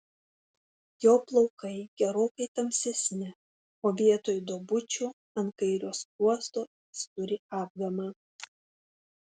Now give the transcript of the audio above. jo plaukai gerokai tamsesni o vietoj duobučių ant kairio skruosto jis turi apgamą